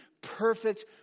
perfect